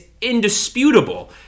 indisputable